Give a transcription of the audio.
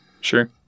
Sure